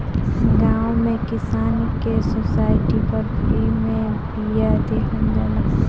गांव में किसान के सोसाइटी पर फ्री में बिया देहल जाला